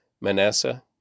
Manasseh